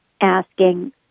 asking